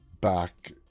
back